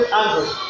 angry